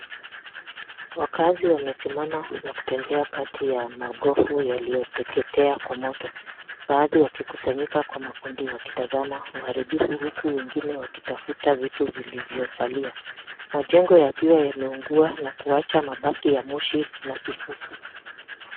Wakaazi wamesimama na kutembea kati magofu yaliyoteketea kwa moto, baadhi wakikusanyika kwa makundi wakitazama uharibifu, huku wengine wakitafuta vitu vilivyosalia, majengo yakiwa yameunguwa na kuwacha mabaki ya moshi na kifusi.